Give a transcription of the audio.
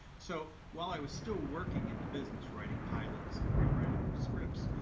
so, while i was still working in the business, writing pilots and rewriting scripts,